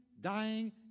dying